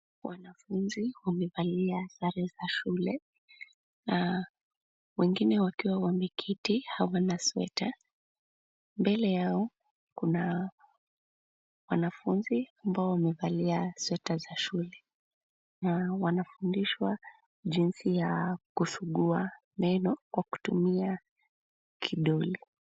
Wanafunzi wamevalia sare za shule na wengine wakiwa wameketi hawana sweta. Mbele yao kuna wanafunzi ambao wamevalia sweta za shule na wanafundishwa jinsi ya kusugua meno kwa kutumia kidoli.